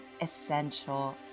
essential